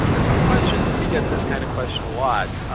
some questions, and we get this kind of question a lot,